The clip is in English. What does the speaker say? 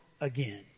again